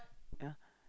ya